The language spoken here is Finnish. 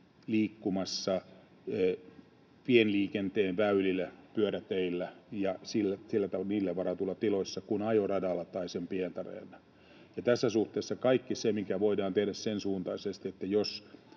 liikkumassa pienliikenteen väylillä, pyöräteillä ja sillä tavalla sille varatussa tilassa kuin ajoradalla tai sen pientareella. Ja tässä suhteessa kaikki se, mikä voidaan tehdä sen suuntaisesti, että